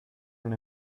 non